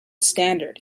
standard